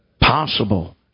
possible